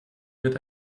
wird